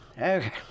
Okay